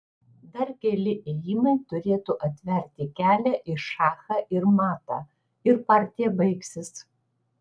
dar keli ėjimai turėtų atverti kelią į šachą ir matą ir partija baigsis